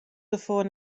derfoar